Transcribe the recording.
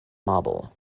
marble